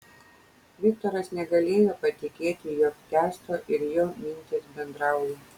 viktoras negalėjo patikėti jog kęsto ir jo mintys bendrauja